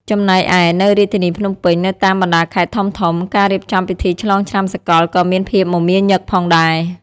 ចំណែកឯ នៅរាជធានីភ្នំពេញ និងតាមបណ្ដាខេត្តធំៗ ការរៀបចំពិធីឆ្លងឆ្នាំសកលក៏មានភាពមមាញឹកផងដែរ។